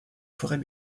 forêts